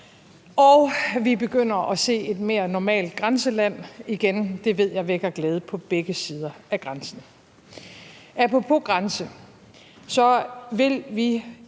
og vi begynder igen at se et mere normalt grænseland. Det ved jeg vækker glæde på begge sider af grænsen. Apropos grænse vil vi